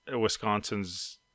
Wisconsin's